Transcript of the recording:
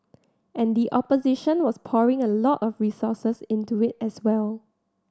and the opposition was pouring a lot of resources into it as well